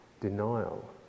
denial